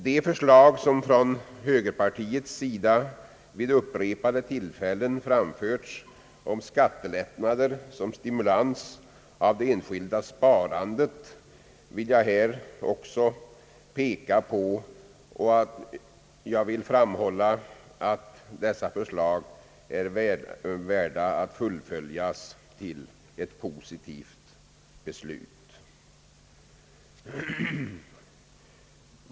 De förslag som från högerpartiets sida vid upprepade tillfällen framförts om skattelättnader som stimulans av det enskilda sparandet bör observeras, och jag vill framhålla att dessa förslag är väl värda att fullföljas till ett positivt beslut.